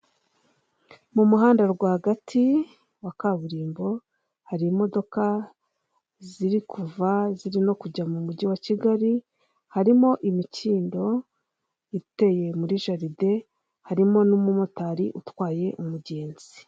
Mu muhanda rwagati wa kaburimbo hari imodoka ziri kuva zirimo kujya mu mujyi wa Kigali harimo imikindo iteye muri jarde harimo n'umumotari utwaye umugenzi.